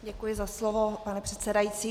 Děkuji za slovo, pane předsedající.